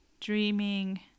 dreaming